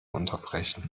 unterbrechen